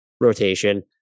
rotation